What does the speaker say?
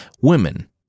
Women